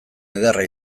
ederra